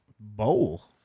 Bowl